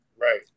right